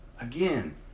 Again